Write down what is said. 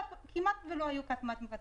כמעט לא היו כספומטים פרטיים.